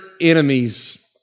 enemies